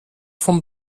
von